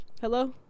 Hello